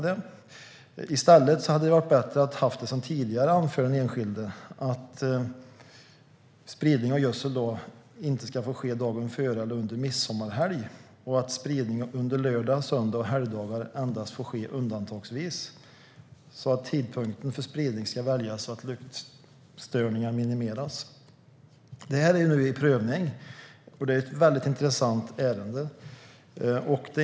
Det hade varit bättre att i stället ha det som det var tidigare för den enskilde, nämligen att spridning av gödsel inte får ske dagen före eller under midsommarhelgen, att spridning under lördagar, söndagar och helgdagar endast får ske undantagsvis och att tidpunkten för spridning ska väljas så att luktstörningar minimeras. Detta prövas nu, och det är ett intressant ärende.